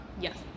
Yes